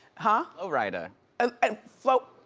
huh? flo rida. and flo.